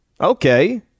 Okay